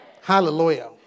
Hallelujah